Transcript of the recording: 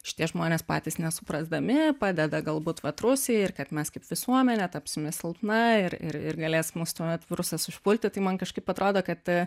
šitie žmonės patys nesuprasdami padeda galbūt vat rusija ir kad mes kaip visuomenė tapsime silpna ir ir galės mus tuomet virusas užpulti tai man kažkaip atrodo kad